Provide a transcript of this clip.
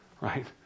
right